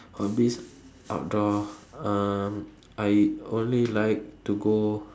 hobbies outdoor um I only like to go